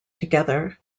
together